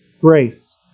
grace